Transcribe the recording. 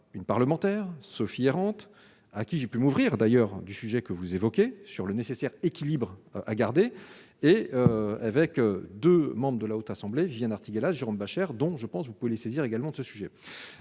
une parlementaire Sophie errante à qui j'ai pu m'ouvrir d'ailleurs du sujet que vous évoquez sur le nécessaire équilibre à garder et avec 2 membres de la Haute Assemblée, Viviane Artigalas, Jérôme Bascher, donc je pense, vous pouvez saisir également de ce sujet